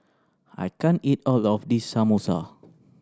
I can't eat all of this Samosa